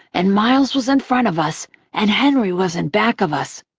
and miles was in front of us and henry was in back of us.